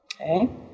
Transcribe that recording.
okay